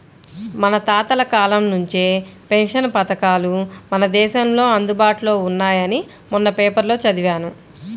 మన తాతల కాలం నుంచే పెన్షన్ పథకాలు మన దేశంలో అందుబాటులో ఉన్నాయని మొన్న పేపర్లో చదివాను